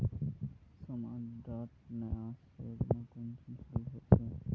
समाज डात नया योजना कुंसम शुरू होछै?